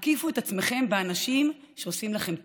הקיפו את עצמכם באנשים שעושים לכם טוב.